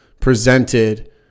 presented